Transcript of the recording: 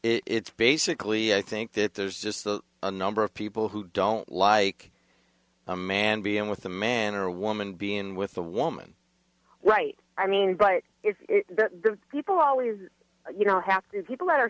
it's basically i think that there's just a number of people who don't like a man being with a man or woman being with a woman right i mean but people always you know have two people that are